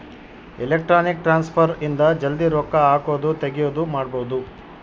electronic transfer ಇಂದ ಜಲ್ದೀ ರೊಕ್ಕ ಹಾಕೋದು ತೆಗಿಯೋದು ಮಾಡ್ಬೋದು